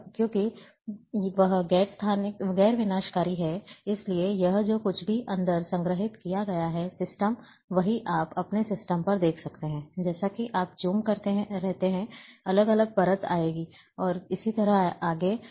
और चूंकि यह गैर विनाशकारी है इसलिए यह जो कुछ भी अंदर संग्रहीत किया गया है सिस्टम वही आप अपने सिस्टम पर देख सकते हैं जैसा कि आप ज़ूम करते रहते हैं अलग अलग परत आएगी और इसी तरह आगे